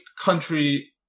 country